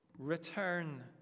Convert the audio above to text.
Return